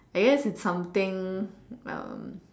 I guess it's something uh